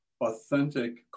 authentic